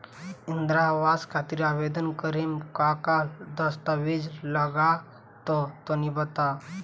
इंद्रा आवास खातिर आवेदन करेम का का दास्तावेज लगा तऽ तनि बता?